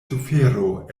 sufero